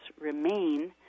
remain